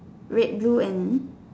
red blue and